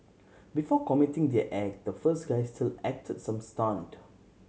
before committing their act the first guy still acted some stunt